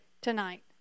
tonight